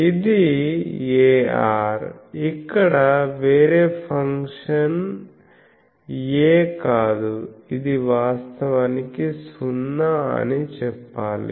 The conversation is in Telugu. ఇది ar ఇక్కడ వేరే ఫంక్షన్ a కాదు ఇది వాస్తవానికి 0 అని చెప్పగలను